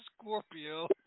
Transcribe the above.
Scorpio